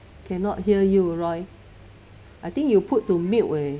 cannot hear you roy I think you put to mute eh